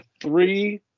Three